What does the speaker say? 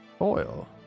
oil